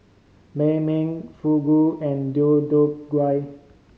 Banh Mi Fugu and Deodeok Gui